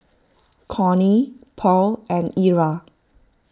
Connie Pearl and Era